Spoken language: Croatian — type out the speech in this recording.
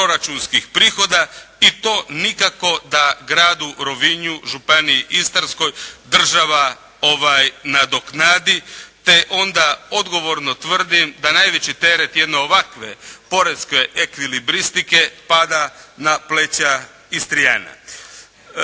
i to nikako da gradu Rovinju, Županiji Istarskoj država nadoknadi, te onda odgovorno tvrdim da najveći teret jedne ovakve poreske ekvilibristike pada na pleća Istrijana.